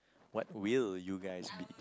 what will you guys be